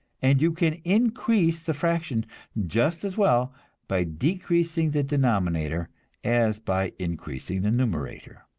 and you can increase the fraction just as well by decreasing the denominator as by increasing the numerator.